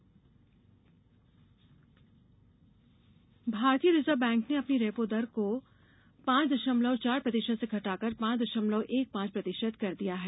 repo दर भारतीय reserve bank ने अपनी रेपो दर को पांच दशमलव चार प्रतिशत से घटाकर पांच दशमलव एक पांच प्रतिशत कर दिया है